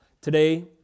Today